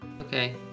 Okay